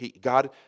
God